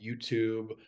YouTube